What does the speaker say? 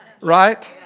Right